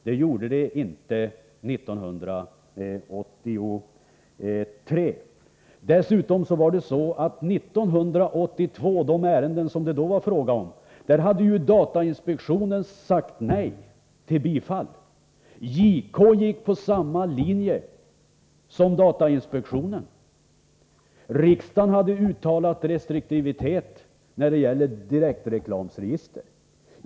Det gjorde det inte 1983. Dessutom hade datainspektionen sagt nej till bifall i de ärenden som det gällde 1982. JK gick på samma linje som datainspektionen. Riksdagen hade uttalat restriktivitet när det gäller direktreklamregister.